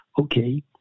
okay